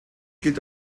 gilt